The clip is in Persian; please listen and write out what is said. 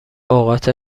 اوقات